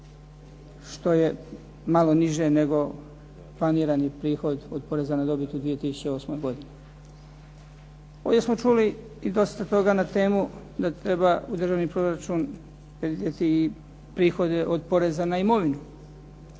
što je malo niže nego planirani prihod od poreza na dobit u 2008. godini. Ovdje smo čuli i dosta toga na temu da treba u državni proračun predvidjeti i prihode od poreza na imovinu